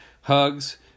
Hugs